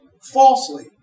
falsely